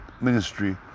ministry